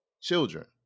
children